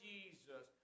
Jesus